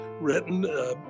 written